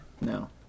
No